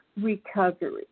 recovery